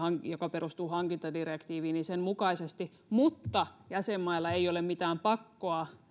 joka perustuu hankintadirektiiviin mukaisesti mutta jäsenmailla ei ole mitään pakkoa